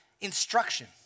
instruction